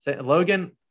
Logan